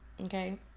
Okay